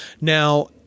Now